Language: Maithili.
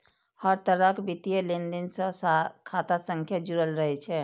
हर तरहक वित्तीय लेनदेन सं खाता संख्या जुड़ल रहै छै